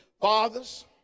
Fathers